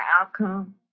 outcome